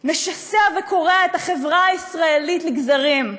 משסע וקורע את החברה הישראלית לגזרים.